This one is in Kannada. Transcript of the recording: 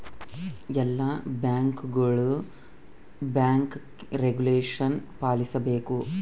ಎಲ್ಲ ಬ್ಯಾಂಕ್ಗಳು ಬ್ಯಾಂಕ್ ರೆಗುಲೇಷನ ಪಾಲಿಸಬೇಕು